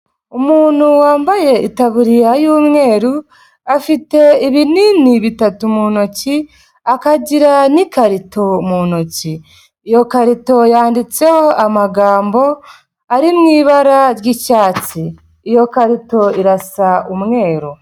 Umuntu wambaye itaburiya y'umweru, afite ibinini bitatu mu ntoki, akagira n'ikarito mu ntoki. Iyo karito yanditseho amagambo, ari mu ibara ry'icyatsi, iyo karito irasa umweru.